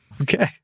Okay